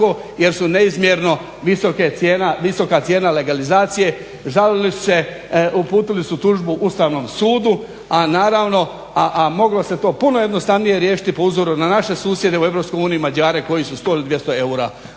jer su neizmjerno visoka cijena legalizacije, žalili su se, uputili su tužbu Ustavnom sudu a naravno a moglo se to puno jednostavnije riješiti po uzoru na naše susjede u EU Mađare koji su sto ili 200 eura